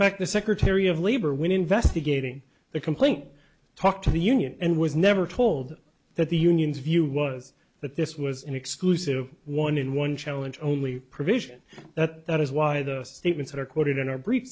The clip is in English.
fact the secretary of labor when investigating the complaint talked to the union and was never told that the union's view was that this was an exclusive one in one challenge only provision that that is why those statements are quoted in our brief